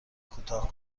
کوتاه